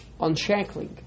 unshackling